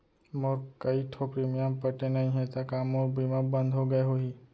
मोर कई ठो प्रीमियम पटे नई हे ता का मोर बीमा बंद हो गए होही?